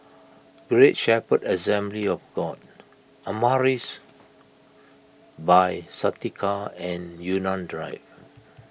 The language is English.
Great Shepherd Assembly of God Amaris By Santika and Yunnan Drive